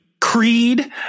Creed